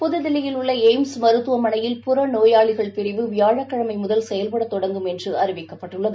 புதுதில்லியில் உள்ளஏய்ம்ஸ் மருத்துவமனையில் புற நோயாளிகள் பிரிவு வியாழக் கிழமைமுதல் செயலலபடத் தொடங்கும் என்றுஅறிவிக்கப்பட்டுள்ளது